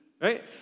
Right